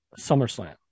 SummerSlam